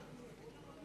ואחריו,